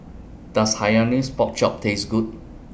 Does Hainanese Pork Chop Taste Good